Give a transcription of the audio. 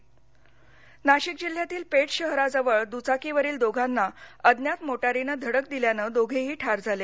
नाशिक नाशिक जिल्ह्यातील पेठ शहरा जवळ द्चाकीवरील दोघांना अज्ञात मोटारीने धडक दिल्याने दोघेही ठार झाले